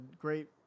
great